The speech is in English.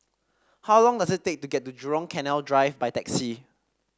how long does it take to get to Jurong Canal Drive by taxi